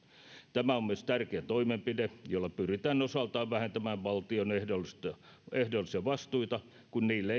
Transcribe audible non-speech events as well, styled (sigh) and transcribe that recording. tämä on myös tärkeä toimenpide jolla pyritään osaltaan vähentämään valtion ehdollisia ehdollisia vastuita kun niille (unintelligible)